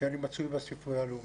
שאני מצוי בספרייה הלאומית,